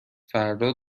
فردا